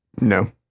No